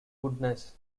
goodness